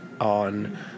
on